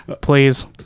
please